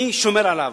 מי שומר עליו,